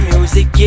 Music